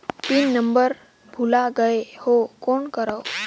Pin number भुला गयें हो कौन करव?